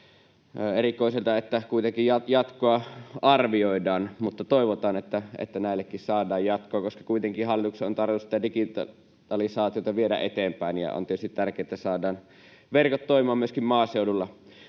erikoiselta, että kuitenkin jatkoa arvioidaan. Mutta toivotaan, että näillekin saadaan jatkoa, koska kuitenkin hallituksen on tarkoitus tätä digitalisaatiota viedä eteenpäin, ja on tietysti tärkeätä, että saadaan verkot toimimaan myöskin maaseudulla.